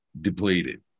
depleted